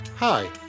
Hi